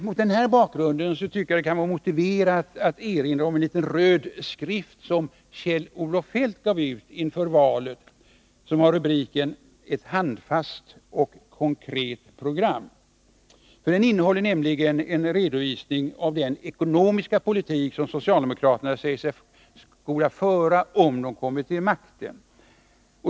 Mot den här bakgrunden tycker jag det kan vara motiverat att erinra om en liten röd skrift som Kjell-Olof Feldt gav ut inför valet, Ett handfast och konkret program. Den innehåller nämligen en redovisning av den ekonomiska politik som socialdemokraterna säger sig skola föra om de kommer till makten.